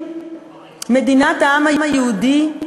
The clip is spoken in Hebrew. מדינת העם היהודי,